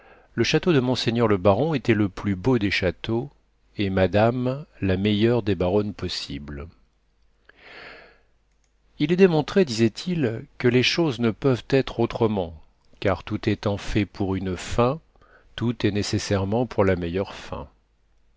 le château de monseigneur le baron était le plus beau des châteaux et madame la meilleure des baronnes possibles il est démontré disait-il que les choses ne peuvent être autrement car tout étant fait pour une fin tout est nécessairement pour la meilleure fin